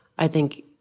i think,